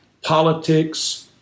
politics